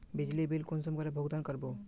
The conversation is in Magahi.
बिजली बिल कुंसम करे भुगतान कर बो?